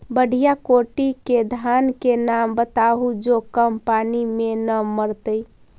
बढ़िया कोटि के धान के नाम बताहु जो कम पानी में न मरतइ?